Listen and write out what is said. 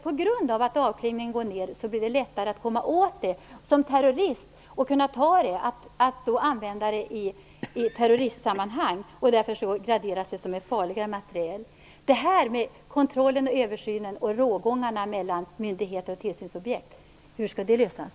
På grund av att avklingningen avtar blir det lättare att som terrorist komma åt materialet och kunna använda det i terroristsammanhang. Därför graderas det som ett farligare material. Hur skall frågan om kontroll, översyn och rågång mellan myndigheterna och tillsynsobjekt lösas?